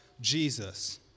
Jesus